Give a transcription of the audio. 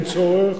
אין צורך,